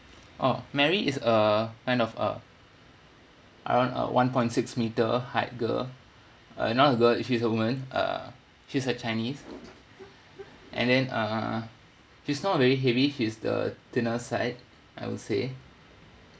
oh mary is a kind of a around uh one point six meter height girl uh not girl is she's a woman err she's a chinese and then uh she's not very heavy she's the thinner side I would say